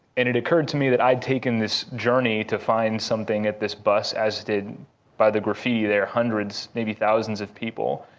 and it occurred to me that i'd taken this journey to find something at this bus, as it did by the graffiti there hundreds, maybe thousands of people,